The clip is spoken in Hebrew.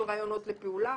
של רעיונות לפעולה.